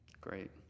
Great